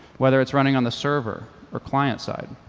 whether it's running on the server or client side,